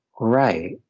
right